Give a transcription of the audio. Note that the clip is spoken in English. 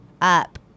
up